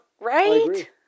Right